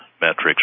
metrics